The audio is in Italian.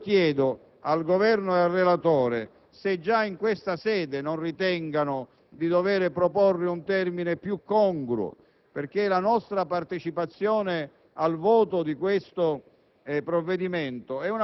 Chiedo al Governo e al relatore se già in questa sede non ritengano di dover proporre un termine più congruo. La nostra partecipazione al voto di questo provvedimento